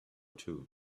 too